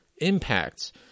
impacts